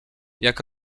jak